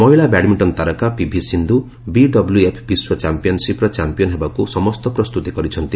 ମହିଳା ବ୍ୟାଡମିଣ୍ଟନ ତାରକା PV Sindhu BWF ବିଶ୍ୱ ଚମ୍ପିୟାନ୍ସିପ୍ର ଚାମ୍ପିୟାନ୍ ହେବାକୁ ସମସ୍ତ ପ୍ରସ୍ତୁତି କରିଛନ୍ତି